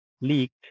leaked